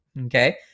Okay